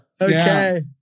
Okay